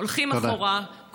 הולכים אחורה.